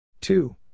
two